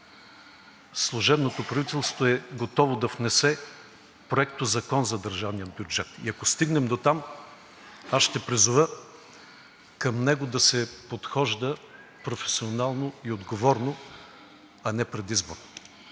служебното правителство е готово да внесе Проектозакон за държавния бюджет и ако стигнем дотам, аз ще призова към него да се подхожда професионално и отговорно, а не предизборно.